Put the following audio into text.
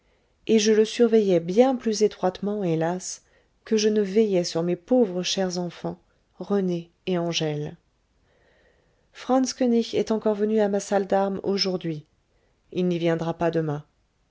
et je le surveillais bien plus étroitement hélas que je ne veillais sur mes pauvres chers enfants rené et angèle franz koënig est encore venu à ma salle d'armes aujourd'hui il n'y viendra pas demain